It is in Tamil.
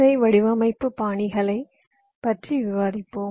ஐ வடிவமைப்பு பாணிகளைப் பற்றி விவாதிப்போம்